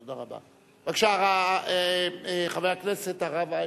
בבקשה, חבר הכנסת הרב אייכלר.